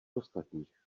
ostatních